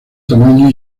tamaño